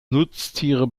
nutztiere